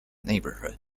neighborhood